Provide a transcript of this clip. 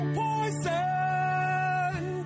poison